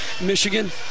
Michigan